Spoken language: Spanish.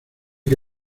que